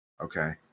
Okay